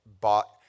bought